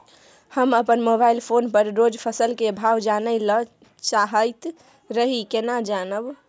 हम अपन mobile phone पर रोज फसल के भाव जानय ल चाहैत रही केना जानब?